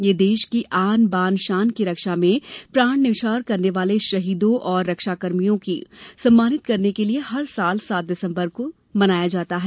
यह देश की आन बान शान की रक्षा में प्राण न्यौछावर करने वाले शहीदों और रक्षाकर्मियों को सम्मानित करने के लिए हर साल सात दिसम्बर को मनाया जाता है